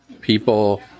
People